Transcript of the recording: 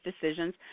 decisions